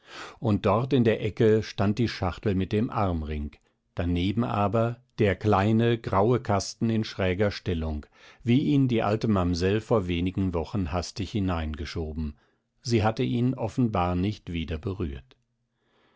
und dort in der ecke stand die schachtel mit dem armring daneben aber der kleine graue kasten in schräger stellung wie ihn die alte mamsell vor wenigen wochen hastig hingeschoben sie hatte ihn offenbar nicht wieder berührt